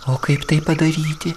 o kaip tai padaryti